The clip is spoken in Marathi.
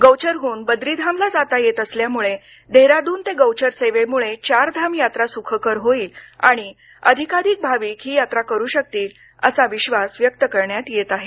गौचरहून बद्रिधामला जात येत असल्यामुळे देहराडून ते गौचर सेवेमुळे चार धाम यात्रा सुखकर होईल आणि अधिकाधिक भाविक ही यात्रा करू शकतील असा विश्वास व्यक्त करण्यात येत आहे